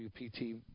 WPT